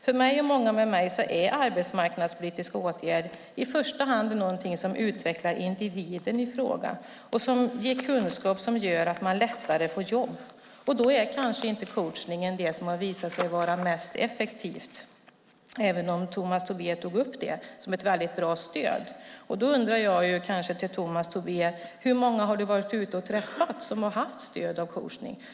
För mig och många med mig är arbetsmarknadspolitiska åtgärder i första hand något som utvecklar individen i fråga och som ger kunskap som gör att man lättare får jobb. Då är kanske inte coachningen det som har visat sig vara mest effektivt, även om Tomas Tobé tog upp det som ett väldigt bra stöd. Jag undrar hur många Tomas Tobé har varit ute och träffat som har haft stöd av coachning.